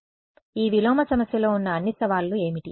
కాబట్టి ఈ విలోమ సమస్యలో ఉన్న అన్ని సవాళ్లు ఏమిటి